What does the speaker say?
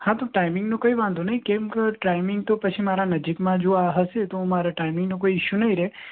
હા તો ટાઈમિંગનો કંઈ વાંધો નહીં કેમ કે ટાઈમિંગ તો પછી મારા નજીકમાં જો આ હશે તો હું મારે ટાઇમિંગનો કોઇ ઇસ્યુ નહીં રહે